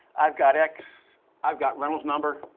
i've got x i've got reynolds number